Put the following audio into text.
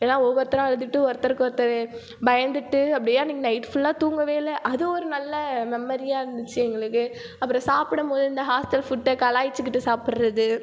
எல்லாம் ஒவ்வொருத்தராக அழுதுட்டு ஒருத்தருக்கு ஒருத்தர் பயந்துட்டு அப்படியே அன்றைக்கி நைட் ஃபுல்லாக தூங்கவே இல்லை அது ஒரு நல்ல மெமரியாக இருந்துச்சு எங்களுக்கு அப்புறம் சாப்பிடும் போது இந்த ஹாஸ்டல் ஃபுட்டை கலாய்ச்சிக்கிட்டு சாப்பிடறது